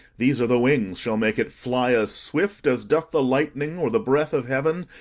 these are the wings shall make it fly as swift as doth the lightning or the breath of heaven,